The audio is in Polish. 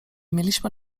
mieliśmy